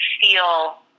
feel